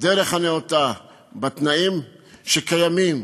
בדרך הנאותה, בתנאים שקיימים,